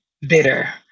bitter